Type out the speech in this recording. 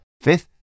Fifth